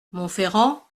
monferrand